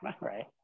right